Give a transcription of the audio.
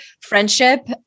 friendship